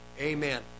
Amen